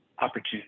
opportunity